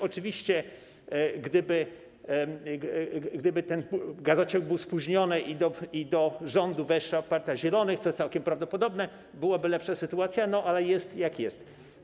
Oczywiście gdyby budowa tego gazociągu była spóźniona i do rządu weszła partia Zielonych, co jest całkiem prawdopodobne, byłaby lepsza sytuacja, no ale jest, jak jest.